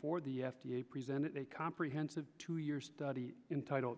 for the f d a presented a comprehensive two year study in title